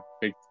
big